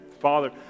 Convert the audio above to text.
Father